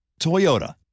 Toyota